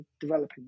developing